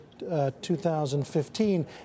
2015